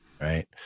right